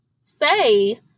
say